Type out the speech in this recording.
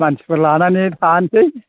मानसिफोर लानानै थांनोसै